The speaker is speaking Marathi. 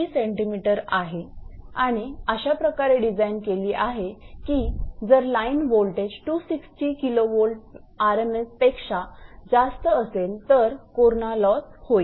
3 𝑐𝑚 आहे आणि अशाप्रकारे डिझाईन केली आहे की जर लाईन वोल्टेज 260 𝑘𝑉 𝑟𝑚𝑠 पेक्षा जास्त असेल तर कोरणा लॉस होईल